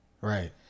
Right